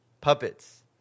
puppets